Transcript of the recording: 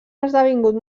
esdevingut